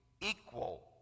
equal